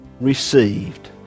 received